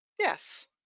Yes